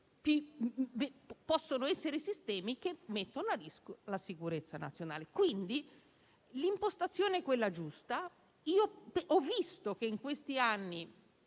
possono essere sistemi che mettono a rischio la sicurezza nazionale. L'impostazione è quindi quella giusta. Io ho visto che in questi anni,